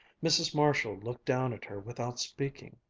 mrs. marshall looked down at her without speaking.